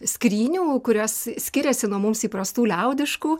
skrynių kurios skiriasi nuo mums įprastų liaudiškų